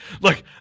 look